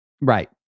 Right